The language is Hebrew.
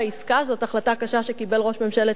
זו החלטה קשה שקיבל ראש ממשלת ישראל.